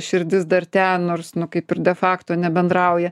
širdis dar ten nors nu kaip ir de fakto nebendrauja